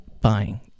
buying